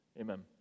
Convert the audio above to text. Amen